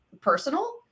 personal